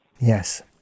Yes